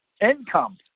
Income